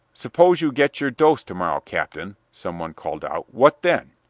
suppose you get your dose to-morrow, captain, some one called out, what then?